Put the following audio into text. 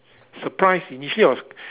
surprised initially I was